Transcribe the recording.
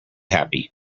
happy